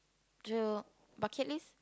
through bucket list